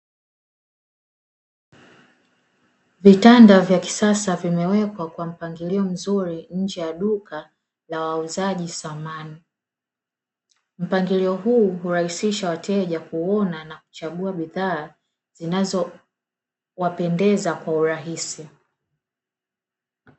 Vitanda vya kisasa vimewekwa kwa mpangilio mzuri nje ya duka la wauzaji samani; mpangilio huu hurahisisha wateja kuona na kuchagua bidhaa zinazowapendeza kwa urahisi.